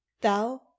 thou